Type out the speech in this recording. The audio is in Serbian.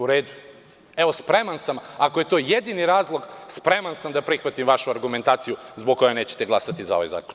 U redu, ako je to jedini razlog, spreman sam da prihvatim vašu argumentaciju zbog koje nećete glasati za ovaj zakon.